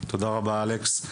תודה רבה, אלכס.